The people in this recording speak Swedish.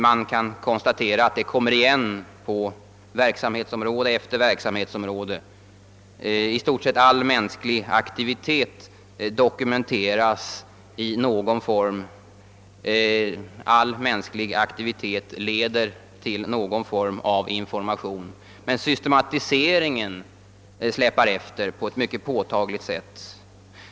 Man kan konstatera att det kommer igen på verksamhetsområde efter verksamhetsområde. I stort sett all mänsklig aktivitet dokumenteras i någon form — all mänsklig aktivitet leder till någon form av information. Men systematiseringen av dokumentation och information släpar efter på ett påtagligt sätt.